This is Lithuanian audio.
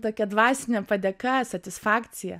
tokia dvasinė padėka satisfakcija